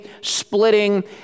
splitting